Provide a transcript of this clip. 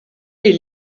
est